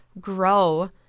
grow